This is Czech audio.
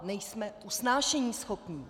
Nejsme usnášeníschopní.